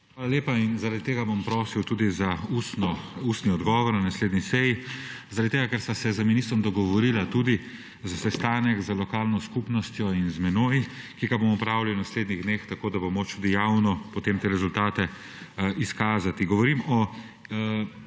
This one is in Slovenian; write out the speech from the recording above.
Hvala lepa in zaradi tega bom prosil tudi za ustni odgovor na naslednji seji, zaradi tega ker sva se z ministrom dogovorila tudi za sestanek z lokalno skupnostjo in z menoj, ki ga bomo opravili v naslednjih dneh, tako da bo moč tudi javno potem te rezultate izkazati. Govorim o